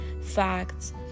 facts